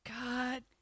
God